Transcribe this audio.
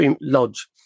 lodge